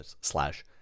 slash